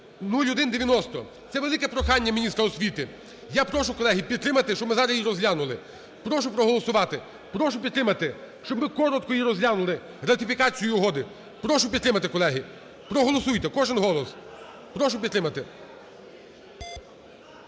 0190. Це велике прохання міністра освіти. Я прошу, колеги, підтримати, щоб ми зараз її розглянули. Прошу проголосувати, прошу підтримати. Щоб ми коротко її розглянули ратифікацію угоди. Прошу підтримати колеги, проголосуйте, кожен голос. Прошу підтримати.